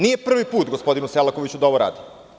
Nije prvi put gospodinu Selakoviću da ovo radi.